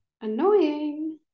annoying